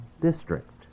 district